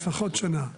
לפחות שנה.